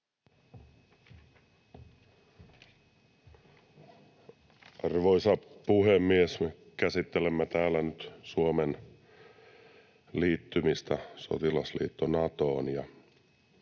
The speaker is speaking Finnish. Arvoisa puhemies! Käsittelemme täällä nyt Suomen liittymistä sotilasliitto Natoon,